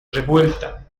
revuelta